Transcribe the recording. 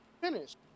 finished